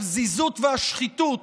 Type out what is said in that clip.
הפזיזות והשחיתות